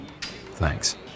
Thanks